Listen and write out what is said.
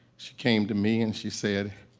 she came to me and she said,